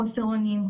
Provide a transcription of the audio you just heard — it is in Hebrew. חוסר אונים,